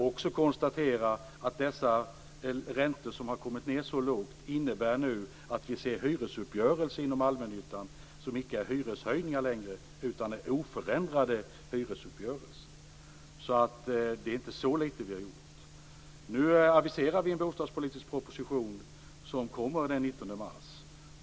Dessa låga räntor medför också att hyresuppgörelser inom allmännyttan inte längre innebär hyreshöjningar utan oförändrade hyror. Det är inte så litet som vi har gjort. Nu aviserar vi en bostadspolitisk proposition som framläggs den 19 mars.